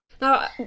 Now